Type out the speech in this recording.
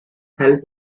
help